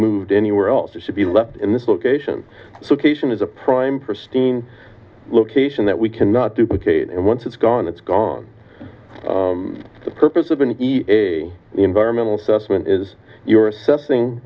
moved anywhere else it should be left in this location so cation is a prime for steen location that we cannot duplicate and once it's gone it's gone the purpose of an e a environmental assessment is you're assessing